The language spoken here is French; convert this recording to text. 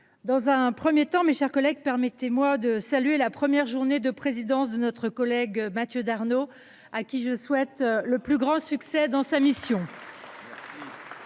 madame la ministre, mes chers collègues, permettez moi tout d’abord de saluer la première journée de présidence de notre collègue Mathieu Darnaud, auquel je souhaite le plus grand succès dans sa mission.